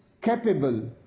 capable